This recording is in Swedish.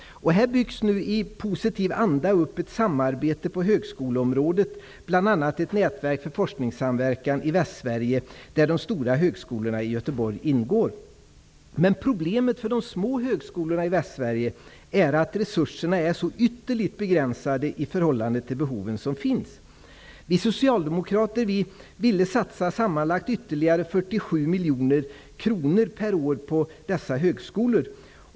Här byggs nu i positiv anda ut ett samarbete på högskoleorterna, bl.a. ett nätverk för forskningssamverkan i Västsverige där de stora högskolorna i Göteborg ingår. Men problemet för de små högskolorna i Västsverige är att resurserna är så ytterligt begränsade i förhållande till behoven. Vi socialdemokrater vill satsa sammanlagt ytterligare 47 miljoner kronor per år på dessa högskolor.